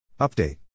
Update